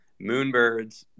Moonbirds